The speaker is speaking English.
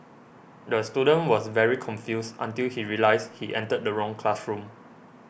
the student was very confused until he realised he entered the wrong classroom